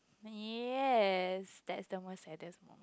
yes that's the most saddest